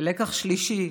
ולקח שלישי: